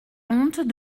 honte